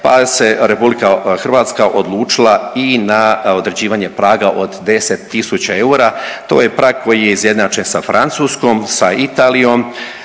pa se Republika Hrvatska odlučila i na određivanje praga od 10 000 eura. To je prag koji je izjednačen sa Francuskom, sa Italijom,